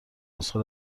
نسخه